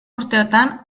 urteotan